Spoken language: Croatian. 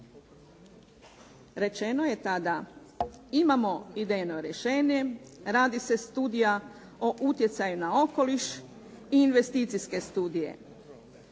Rečeno je tada imamo idejno rješenje, radi se Studija o utjecaju na okoliš i investicijske studije.